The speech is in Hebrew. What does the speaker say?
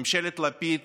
ממשלת לפיד